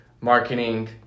marketing